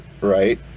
right